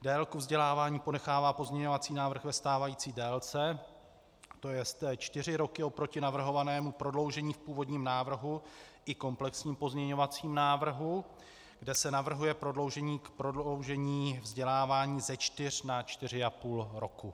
Délku vzdělávání ponechává pozměňovací návrh ve stávající délce, tj. čtyři roky oproti navrhovanému prodloužení v původním návrhu i komplexním pozměňovacím návrhu, kde se navrhuje prodloužení vzdělávání ze čtyř na čtyři a půl roku.